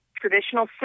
traditional